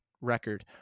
record